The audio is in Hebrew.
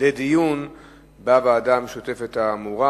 לדיון בוועדה המשותפת האמורה.